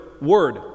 word